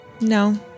No